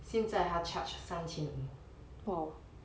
现在他 charge 三千五